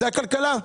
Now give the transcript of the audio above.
זאת הכלכלה.